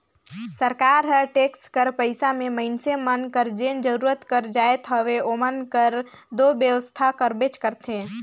सरकार हर टेक्स कर पइसा में मइनसे मन कर जेन जरूरत कर जाएत हवे ओमन कर दो बेवसथा करबेच करथे